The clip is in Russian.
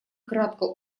кратко